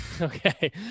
Okay